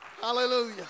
Hallelujah